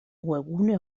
webgune